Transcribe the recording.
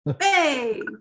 hey